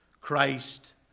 Christ